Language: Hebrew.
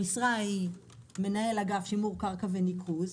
המשרה היא מנהל אגף שימור קרקע וניקוז.